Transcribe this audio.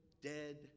dead